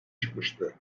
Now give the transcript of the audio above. çıkmıştı